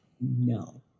no